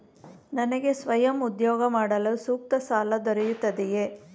ನನಗೆ ಸ್ವಯಂ ಉದ್ಯೋಗ ಮಾಡಲು ಸೂಕ್ತ ಸಾಲ ದೊರೆಯುತ್ತದೆಯೇ?